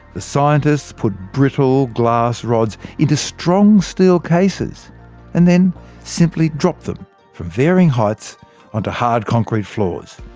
the scientists put brittle glass rods into strong steel cases and then simply dropped them from varying heights onto hard concrete floors.